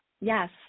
Yes